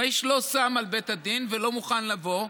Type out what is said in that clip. והאיש לא שם על בית הדין ולא מוכן לבוא.